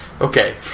Okay